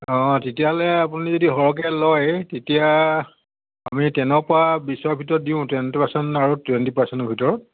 অঁ তেতিয়াহ'লে আপুনি যদি সৰহকৈ লয় তেতিয়া আমি টেনৰপৰা বিছৰ ভিতৰত দিওঁ টেন টু পাৰ্চেন্ট আৰু টুৱেন্টী পাৰ্চেন্টৰ ভিতৰত